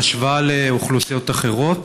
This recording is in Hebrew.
בהשוואה לאוכלוסיות אחרות.